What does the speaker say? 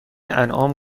انعام